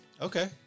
Okay